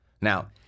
Now